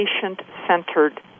patient-centered